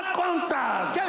contact